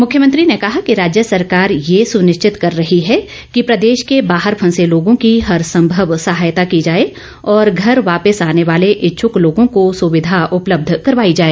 मुख्यमंत्री ने कहा कि राज्य सरकार ये सुनिश्चित कर रही है कि प्रदेश के बाहर फंसे लोगों की हर संभव सहायता की जाए और घर वापिस आने वाले इच्छुक लोगों को सुविधा उपलब्ध करवाई जाए